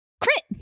Crit